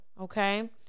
okay